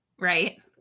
right